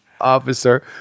officer